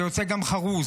יוצא גם חרוז.